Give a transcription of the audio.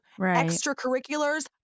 Extracurriculars